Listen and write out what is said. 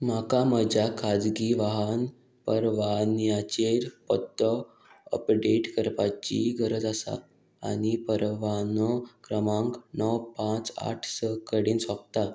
म्हाका म्हज्या खाजगी वाहन परवान्याचेर पत्तो अपडेट करपाची गरज आसा आनी परवानो क्रमांक णव पांच आठ स कडेन सोंपता